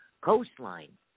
coastline